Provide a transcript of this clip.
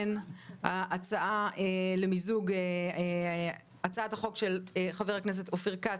אין ההצעה למיזוג הצעת חוק הנכים (תגמולים